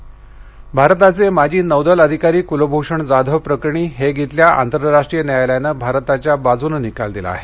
कलभषण भारताचे माजी नौदल अधिकारी कुलभूषण जाधव प्रकरणी हेग अल्या आंतरराष्ट्रीय न्यायालयानं भारताच्या बाजून निकाल दिला आहे